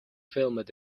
filmed